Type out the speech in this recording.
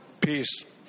peace